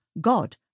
God